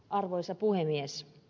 arvoisa puhemies